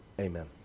amen